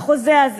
בחוזה הזה,